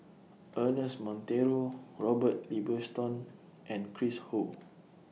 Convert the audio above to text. Ernest Monteiro Robert and Chris Ho